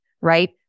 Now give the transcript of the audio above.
right